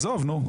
עזוב נו.